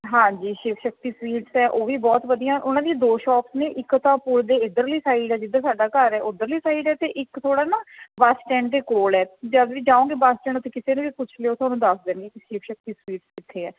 ਹਾਂਜੀ ਸ਼ਿਵ ਸ਼ਕਤੀ ਸਵੀਟਸ ਹੈ ਉਹ ਵੀ ਬਹੁਤ ਵਧੀਆ ਉਹਨਾਂ ਦੀਆਂ ਦੋ ਸ਼ੌਪਸ ਨੇ ਇੱਕ ਤਾਂ ਪੁਲ ਦੇ ਇੱਧਰਲੀ ਸਾਈਡ ਹੈ ਜਿੱਧਰ ਸਾਡਾ ਘਰ ਹੈ ਉੱਧਰਲੀ ਸਾਈਡ ਹੈ ਅਤੇ ਇੱਕ ਥੋੜ੍ਹਾ ਨਾ ਬੱਸ ਸਟੈਂਡ ਦੇ ਕੋਲ ਹੈ ਜਦ ਵੀ ਜਾਓਗੇ ਬੱਸ ਸਟੈਂਡ ਉੱਥੇ ਕਿਸੇ ਨੂੰ ਵੀ ਪੁੱਛ ਲਿਓ ਤੁਹਾਨੂੰ ਦੱਸ ਦੇਣਗੇ ਕਿ ਸ਼ਿਵ ਸ਼ਕਤੀ ਸਵੀਟਸ ਕਿੱਥੇ ਹੈ